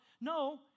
no